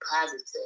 positive